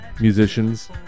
musicians